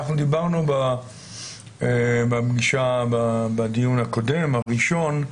אנחנו דיברנו בדיון הקודם, הראשון.